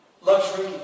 luxury